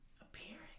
appearing